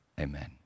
amen